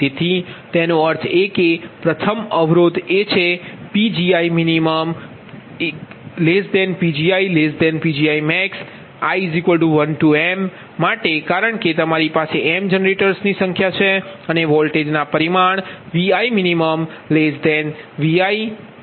તેથી તેનો અર્થ એ કે પ્રથમ અવરોધ એ છે કે PgiminPgiPgimax i 12 m માટેકારણ કે તમારી પાસે m જનરેટર્સની સંખ્યા છે અને વોલ્ટેજની પરિમાણ ViminViVimax i 12 m